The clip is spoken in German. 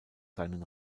seinen